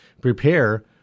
prepare